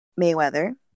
Mayweather